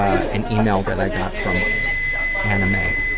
an email that i got from anna mae.